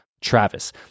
Travis